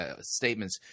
statements